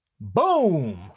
Boom